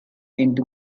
into